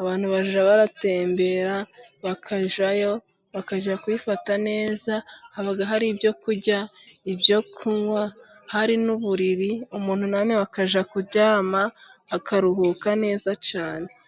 abantu bajya baratembera bakajyayo bakajya kwifata neza haba hari ibyo kurya, ibyo kunywa hari n'uburiri ,umuntu unaniwe akajya kuryama akaruhuka neza cyane.